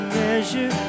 measure